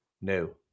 No